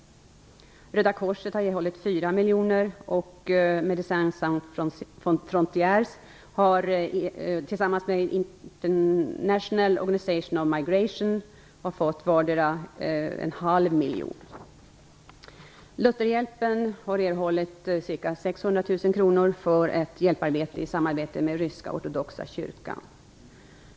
Röda korset har erhållit 4 miljoner och Médecins sans Frontières och International Organization for Migration har fått vardera 0,5 miljoner kronor Lutherhjälpen har erhållit ca 600 000 kr för ett hjälparbete i samarbete med den ryska ortodoxa kyrkan.